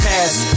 Past